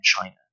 China